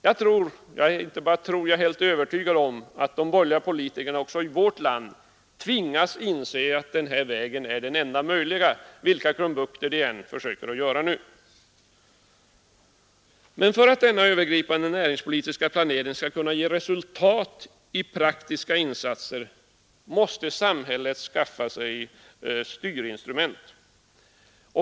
Jag tror — ja, jag är helt övertygad om det — att de borgerliga politikerna också i vårt land tvingas inse att den här vägen är den enda möjliga, vilka krumbukter de än tar till just nu. Men för att denna övergripande näringspolitiska planering skall kunna ge resultat i praktiska insatser måste samhället skaffa sig styrningsinstrument.